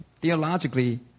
Theologically